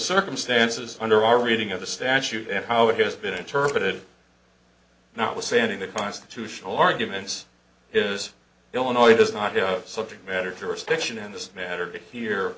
circumstances under our reading of the statute and how it has been interpreted notwithstanding the constitutional arguments is illinois does not subject matter jurisdiction in this matter but here